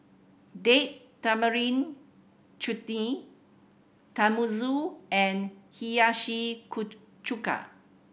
Date Tamarind Chutney Tenmusu and Hiyashi Chuka